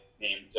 named